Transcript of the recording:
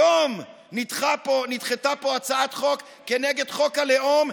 היום נדחתה פה הצעת חוק כנגד חוק הלאום,